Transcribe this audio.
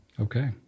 okay